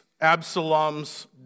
Absalom's